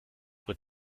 wird